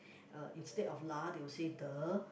uh instead of lah they will say duh